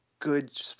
good